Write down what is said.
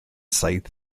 saith